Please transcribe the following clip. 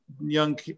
young